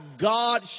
God